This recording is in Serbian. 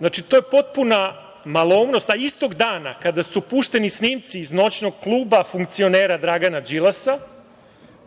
Đilas. To je potpuna maloumnost. Istog dana kada su pušteni snimci iz noćnog kluba funkcionera Dragana Đilasa,